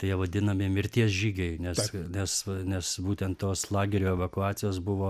tai jie vadinami mirties žygiai nes nes nes būtent tos lagerio evakuacijos buvo